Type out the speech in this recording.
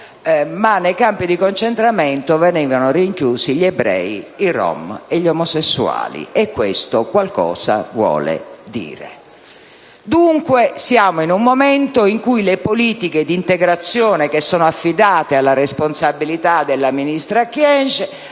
ma nei campi di concentramento venivano rinchiusi gli ebrei, i rom e gli omosessuali e questo qualcosa vuol dire. Dunque, siamo in un momento in cui le politiche di integrazione che sono affidate alla responsabilità della ministra Kyenge